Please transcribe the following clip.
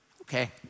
Okay